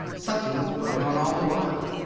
something going on all the while.